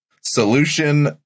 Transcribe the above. solution